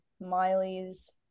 Miley's